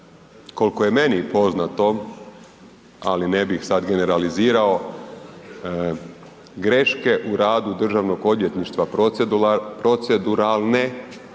koliko je meni poznato, ali ne bih sad generalizirao, greške u radu državnog odvjetništva proceduralne